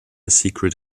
secret